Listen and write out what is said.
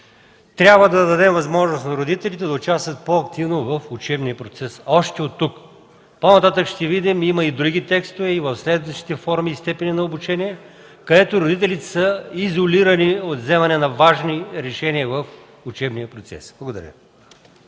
трябва да даде възможност на родителите да участват по-активно в учебния процес. По-нататък ще видим – има и други текстове, следващи форми и степени на обучение, където родителите са изолирани от вземане на важни решения за учебния процес. Благодаря